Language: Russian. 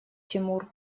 тимур